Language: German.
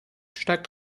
steigt